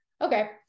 Okay